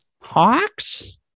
Hawks